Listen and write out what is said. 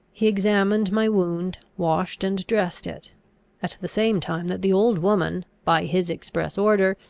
he examined my wound, washed and dressed it at the same time that the old woman, by his express order,